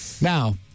Now